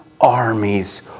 armies